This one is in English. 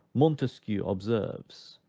montesquieu observes,